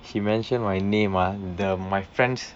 she mention my name ah the my friends